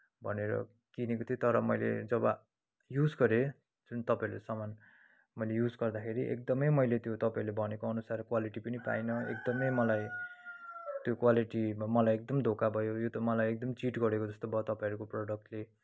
भनेर किनेको थिएँ तर मैले जब युज गरेँ जुन तपाईँले सामान मैले युज गर्दाखेरि एकदमै मैले त्यो तपाईँले भनेको अनुसार क्वालिटी पनि पाइन एकदमै मलाई त्यो क्वालिटीमा मलाई एकदमै धोका भयो यो त मलाई एकदम चिट गरेको जस्तो भयो तपाईँहरूको प्रडक्टले